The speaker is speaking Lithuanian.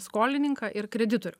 skolininką ir kreditorių